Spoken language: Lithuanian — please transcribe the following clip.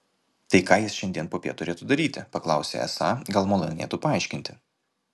tai ką jis šiandien popiet turėtų daryti paklausė esą gal malonėtų paaiškinti